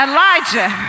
Elijah